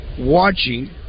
watching